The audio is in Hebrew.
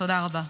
תודה רבה.